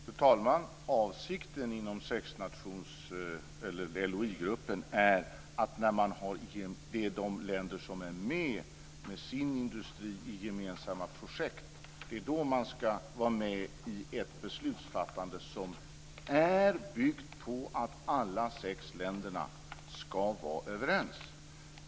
Fru talman! Avsikten inom LOI-gruppen är att de länder som med sin industri deltar i gemensamma projekt också är med i ett beslutsfattande som bygger på att alla sex länder ska vara överens.